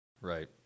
Right